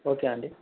okay అండి